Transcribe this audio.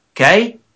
Okay